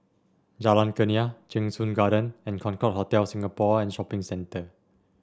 Jalan Kurnia Cheng Soon Garden and Concorde Hotel Singapore and Shopping Centre